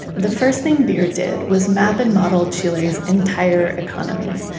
the first thing beer did was map and model chile's entire economy.